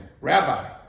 Rabbi